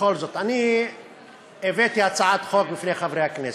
בכל זאת, אני הבאתי הצעת חוק לפני חברי הכנסת,